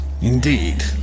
Indeed